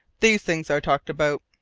these things are talked about,